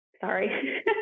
sorry